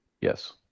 Yes